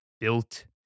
built